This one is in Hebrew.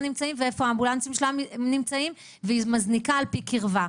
נמצאים ואיפה האמבולנסים שלה נמצאים והיא מזניקה על פי קירבה.